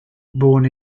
born